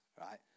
right